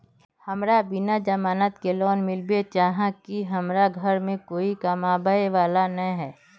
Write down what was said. हमरा बिना जमानत के लोन मिलते चाँह की हमरा घर में कोई कमाबये वाला नय है?